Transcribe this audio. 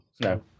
No